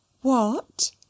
What